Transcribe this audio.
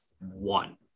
One